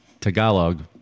Tagalog